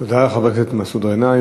תודה לחבר הכנסת מסעוד גנאים.